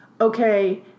okay